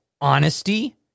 Honesty